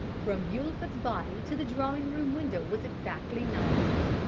from bulford's body to the drawing-room window was exactly nine feet.